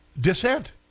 dissent